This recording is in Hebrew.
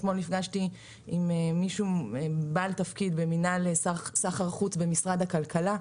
אתמול נפגשתי עם מישהו בעל תפקיד במנהל סחר חוץ במשרד הכלכלה.